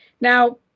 Now